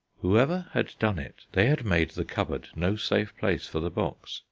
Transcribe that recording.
whoever had done it, they had made the cupboard no safe place for the box.